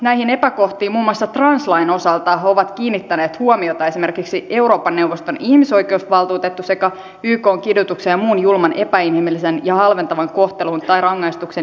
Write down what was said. näihin epäkohtiin muun muassa translain osalta ovat kiinnittäneet huomiota esimerkiksi eurooppa neuvoston ihmisoikeusvaltuutettu sekä ykn kidutuksen ja muun julman epäinhimillisen ja halventavan kohtelun tai rangaistuksen erityisraportoija